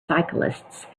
cyclists